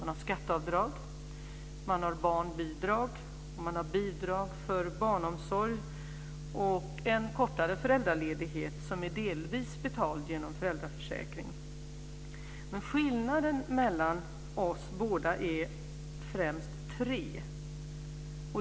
Man har skatteavdrag, barnbidrag, bidrag för barnomsorg och en kortare föräldraledighet som delvis är betald genom föräldraförsäkringen. Skillnader mellan båda våra system är främst tre.